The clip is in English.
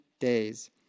days